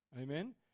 Amen